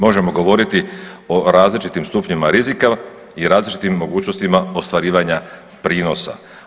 Možemo govoriti o različitim stupnjima rizika i različitim mogućnostima ostvarivanja prinosa.